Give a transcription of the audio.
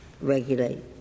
regulate